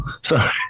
Sorry